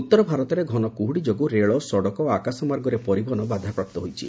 ଉତ୍ତର ଭାରତରେ ଘନ କୁହୁଡ଼ି ଯୋଗୁଁ ରେଳ ସଡ଼କ ଓ ଆକାଶମାର୍ଗରେ ପରିବହନ ବାଧାପ୍ରାପ୍ତ ହୋଇଛି